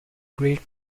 great